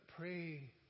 Pray